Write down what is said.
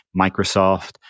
Microsoft